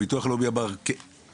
הביטוח לאומי אמר אמן,